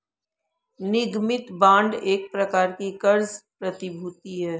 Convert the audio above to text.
निगमित बांड एक प्रकार की क़र्ज़ प्रतिभूति है